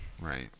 right